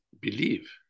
believe